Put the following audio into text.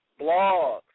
blogs